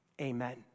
Amen